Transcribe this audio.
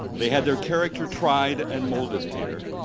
they had their character tried and molded here.